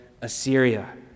Assyria